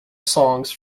songs